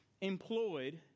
employed